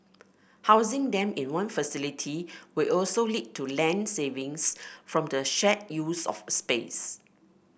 housing them in one facility will also lead to land savings from the shared use of space